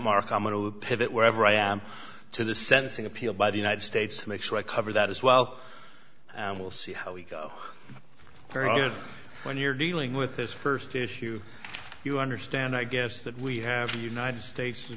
mark i'm going to pivot wherever i am to the sentencing appeal by the united states to make sure i cover that as well and we'll see how we go when you're dealing with this first issue you understand i guess that we have united states